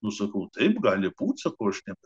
nu sakau taip gali pučą kurti